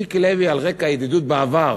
מיקי לוי, על רקע ידידות בעבר,